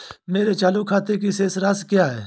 मेरे चालू खाते की शेष राशि क्या है?